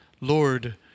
Lord